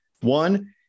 One